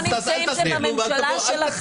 זה שהגליל לא נמצאים זה מהממשלה שלכם,